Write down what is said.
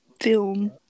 film